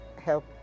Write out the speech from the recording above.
help